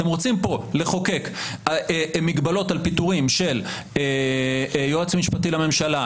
אתם רוצים פה לחוקק מגבלות על פיטורים של יועץ משפטי לממשלה,